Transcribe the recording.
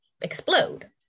explode